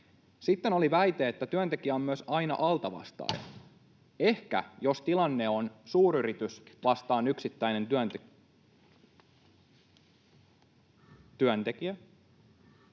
Sitten oli väite, että työntekijä on myös aina altavastaaja. [Salista kuuluu ääni] Ehkä, jos tilanne on suuryritys vastaan yksittäinen työntekijä,